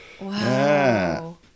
Wow